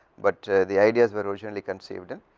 but the ideas were originally conceived and